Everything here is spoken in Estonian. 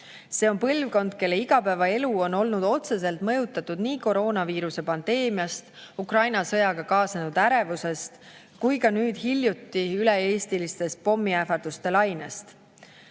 See on põlvkond, kelle igapäevaelu on olnud otseselt mõjutatud nii koroonaviiruse pandeemiast, Ukraina sõjaga kaasnenud ärevusest kui ka nüüd hiljuti üle-eestiliste pommiähvarduste lainest.